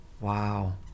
Wow